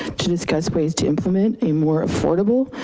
to discuss ways to implement a more affordable,